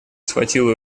схватил